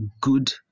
good